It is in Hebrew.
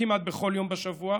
כמעט בכל יום בשבוע,